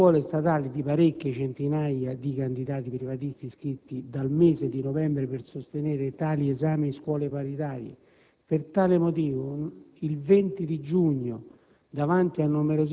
in scuole statali di parecchie centinaia di candidati privatisti, iscritti dal mese di novembre per sostenere gli esami in scuole paritarie. Per tale motivo, il 20 giugno,